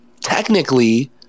technically